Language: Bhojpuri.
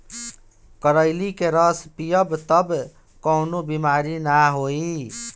करइली के रस पीयब तअ कवनो बेमारी नाइ होई